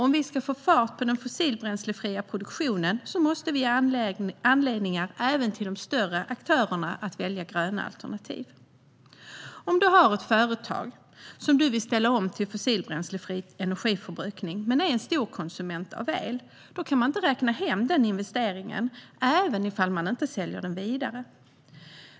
Om vi ska få fart på den fossilbränslefria produktionen måste vi ge anledningar även till de större aktörerna att välja gröna alternativ. Den som har ett företag och vill ställa om det till fossilbränslefri energiförbrukning men är en storkonsument av el kan inte räkna hem investeringen, även om man inte säljer den vidare.